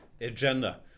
agenda